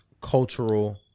Cultural